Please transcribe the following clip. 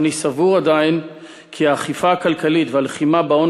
אך אני סבור עדיין כי האכיפה הכלכלית והלחימה בהון